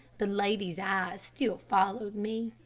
the lady's eyes still followed me.